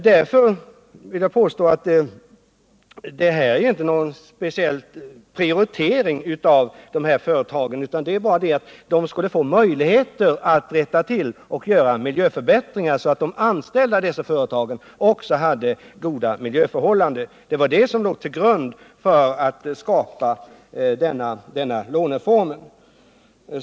Därför vill jag påstå att det här inte är fråga om någon speciell prioritering av företag utan bara att de skulle få möjligheter att göra arbetsmiljöförbättringar så att de anställda i dessa företag också skulle ha goda miljöförhållanden. Det var det som låg till grund för tanken att skapa denna låneform.